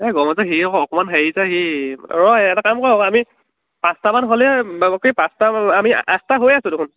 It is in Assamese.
এই গম যে সি আকৌ অকণমান হেৰি যে সি ৰ এটা কাম কৰ আমি পাঁচটামান হ'লেই কি পাঁচটামান আমি আঠটা হৈয়ে আছোঁ দেখোন